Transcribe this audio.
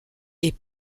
est